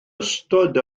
ystod